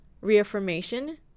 Reaffirmation